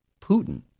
Putin